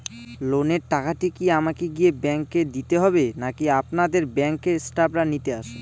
লোনের টাকাটি কি আমাকে গিয়ে ব্যাংক এ দিতে হবে নাকি আপনাদের ব্যাংক এর স্টাফরা নিতে আসে?